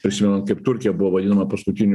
prisimenant kaip turkija buvo vadinama paskutiniu